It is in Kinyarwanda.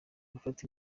gufata